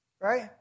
Right